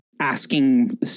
asking